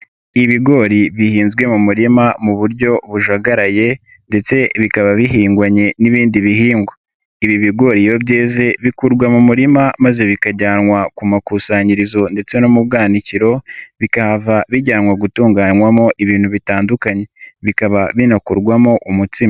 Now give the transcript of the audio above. Ibigori bihinzwe mu murima mu buryo bujagaraye ndetse bikaba bihingwanye n'ibindi bihingwa, ibi bigori iyo byeze bikurwa mu murima maze bikajyanwa ku makusanyirizo ndetse no mu bwanikiro bikaba bijyanwa gutunganywamo ibintu bitandukanye bikaba binakorwamo umutsima.